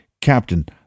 Captain